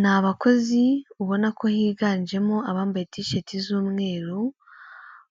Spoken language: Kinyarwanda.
Ni abakozi ubona ko higanjemo abambaye tisheti z'umweru,